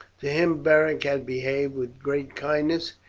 to him beric had behaved with great kindness,